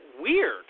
weird